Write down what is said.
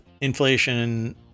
inflation